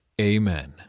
Amen